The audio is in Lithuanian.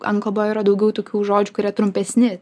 anglų kalboj yra daugiau tokių žodžių kurie trumpesni